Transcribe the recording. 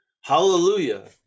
Hallelujah